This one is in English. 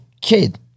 kid